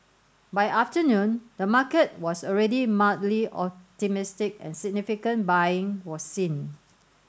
by afternoon the market was already mildly optimistic and significant buying was seen